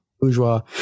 bourgeois